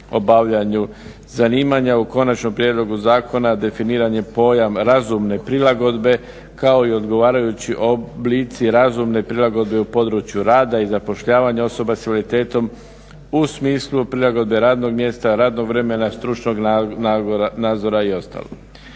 obavljanju zanimanja, u konačnom prijedlogu zakona definiran je pojam razumne prilagodbe kao i ogovarajući oblici razumne prilagodbe u području rada i zapošljavanja osoba s invaliditetom u smislu prilagodbe radnog mjesta, radnog vremena, stručnog nadzora i ostalo.